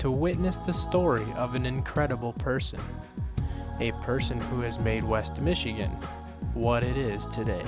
to witness the story of an incredible person a person who has made west michigan what it is today